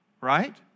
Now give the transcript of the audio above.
right